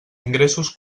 ingressos